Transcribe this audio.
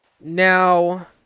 now